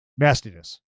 Mastiness